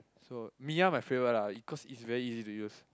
so Miya my favourite lah cause it's very easy to use